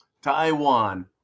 Taiwan